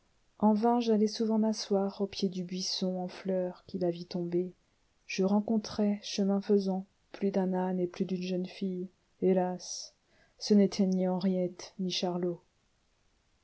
en vain j'allai souvent m'asseoir au pied du buisson en fleurs qui la vit tomber je rencontrai chemin faisant plus d'un âne et plus d'une jeune fille hélas ce n'était ni henriette